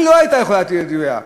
היא לא הייתה יכולה להיות יהודייה.